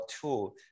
tool